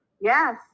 Yes